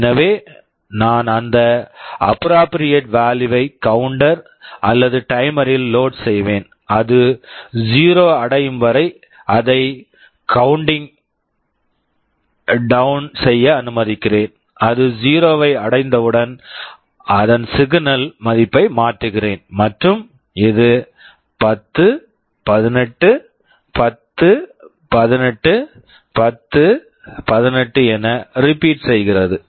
எனவே நான் அந்த அப்ராபிரியேட் வாலுயு appropriate value -வை கவுண்டர் counter அல்லது டைமர் timer ல் லோட் load செய்வேன் அது 0 வை அடையும் வரை அதை கௌண்டிங் டௌன் counting down செய்ய அனுமதிக்கிறேன் அது 0 வை அடைந்தவுடன் அதன் சிக்னல் signal மதிப்பை மாற்றுகிறேன் மற்றும் இது 10 18 10 18 10 18 என ரிபீட் repeatசெய்கிறது